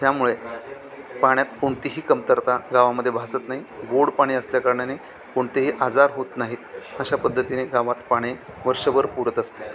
त्यामुळे पाण्यात कोणतीही कमतरता गावामध्ये भासत नाही गोड पाणी असल्या कारणाने कोणतेही आजार होत नाहीत अशा पद्धतीने गावात पाणी वर्षभर पुरत असते